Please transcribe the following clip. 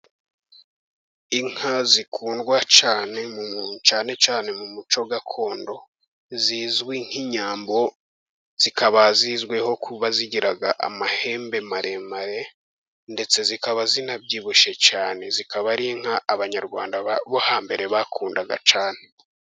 Inka zikundwa cyane cyane cyane, mu muco gakondo, zizwi nk'inyambo, zikaba zizwiho kuba zigiraga amahembe maremare ndetse zikaba zinabyibushye cyane, zikaba ari inka abanyarwanda bo hambere bakundaga cyane.